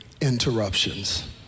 interruptions